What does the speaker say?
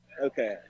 Okay